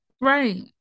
right